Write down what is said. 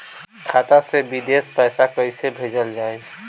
खाता से विदेश पैसा कैसे भेजल जाई?